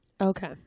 Okay